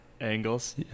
angles